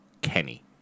Kenny